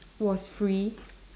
was free